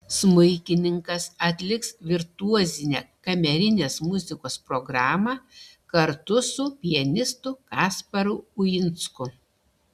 smuikininkas atliks virtuozinę kamerinės muzikos programą kartu su pianistu kasparu uinsku